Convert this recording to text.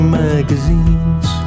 magazines